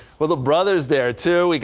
well the brothers there too we go.